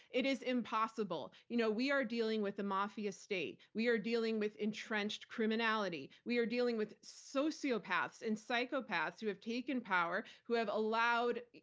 it is impossible. you know we are dealing with the mafia state. we are dealing with entrenched criminality. we are dealing with sociopaths and psychopaths who have taken power, who have allowed.